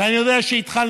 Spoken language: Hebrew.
ואני יודע שהתחלנו.